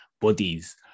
bodies